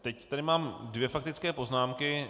Teď tady mám dvě faktické poznámky.